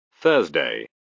Thursday